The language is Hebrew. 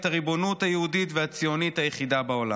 הריבונות היהודית והציונית היחידה בעולם.